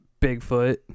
bigfoot